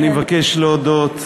אני מבקש להודות,